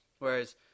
Whereas